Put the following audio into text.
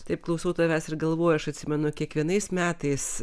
taip klausau tavęs ir galvoju aš atsimenu kiekvienais metais